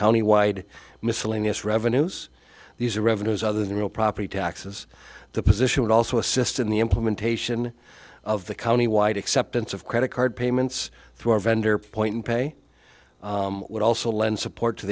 county wide miscellaneous revenues these are revenues other than real property taxes the position would also assist in the implementation of the county wide acceptance of credit card payments through our vendor point pay would also lend support to